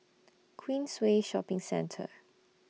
Queensway Shopping Centre